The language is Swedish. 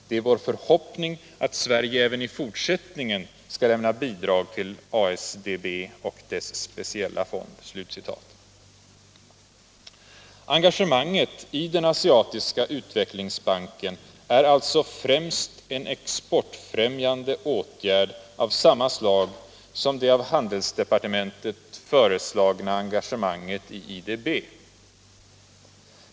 Det är vår förhoppning att Sverige även i fortsättningen skall lämna bidrag till ASDB och dess speciella fond.” Engagemanget i Asiatiska utvecklingsbanken är alltså främst en exportfrämjande åtgärd av samma slag som det av handelsdepartementet föreslagna engagemanget i IDB.